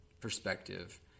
perspective